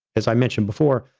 as i mentioned before,